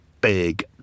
big